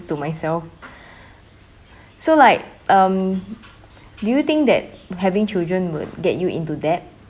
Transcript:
to myself so like um do you think that having children would get you into debt